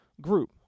group